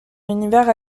univers